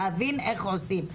להבין איך עושים.